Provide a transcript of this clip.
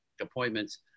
appointments